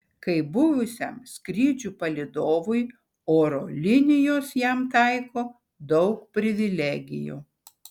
kaip buvusiam skrydžių palydovui oro linijos jam taiko daug privilegijų